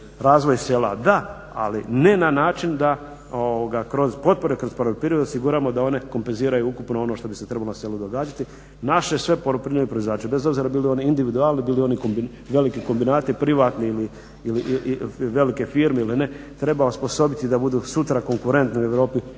razvoj sela da, ali ne na način da kroz potpore kroz poljoprivredu osiguramo da one kompenziraju ukupno ono što bi se trebalo na selu događati. Naše sve poljoprivredne proizvođače bez obzira bili oni individualni, bili oni veliki kombinati privatni ili velike firme ili ne treba osposobiti da budu sutra konkurentni u Europi